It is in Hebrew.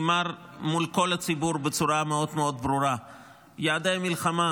מול כל הציבור נאמר בצורה מאוד מאוד ברורה שיעדי המלחמה